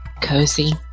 cozy